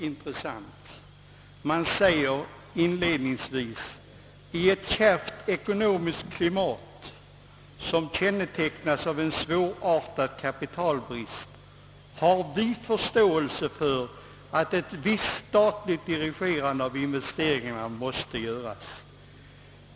Inledningsvis heter det: »I ett kärvt ekonomiskt klimat, som kännetecknas av en svårartad kapitalbrist har vi förståelse för att ett visst statligt dirigerande av investeringarna måste göras.